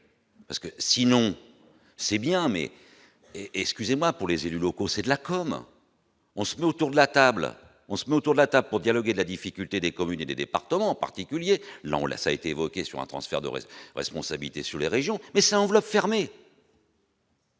parce que sinon, c'est bien, mais, excusez-moi pour les élus locaux, c'est de la com. On se met autour de la table, on se met autour de la table pour dialoguer, de la difficulté des communes et des départements, en particulier l'Angola ça été évoqué sur un transfert de responsabilité sur les régions mais ça enveloppe fermée.